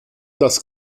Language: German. das